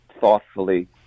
thoughtfully